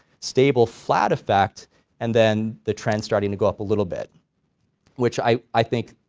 stable flat effect and then the trend starting to go up a little bit which i i think